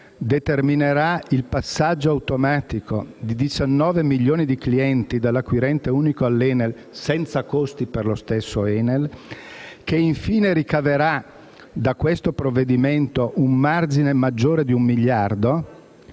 determinerà il passaggio automatico di 19 milioni di clienti dall'acquirente unico all'Enel, senza costi per lo stesso Enel, che ricaverà da questo provvedimento un margine maggiore di un miliardo,